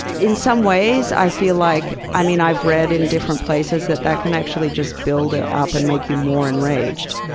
in some ways i feel like, i mean i've read in different places that that can actually just build it ah up and make you more enraged.